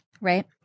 Right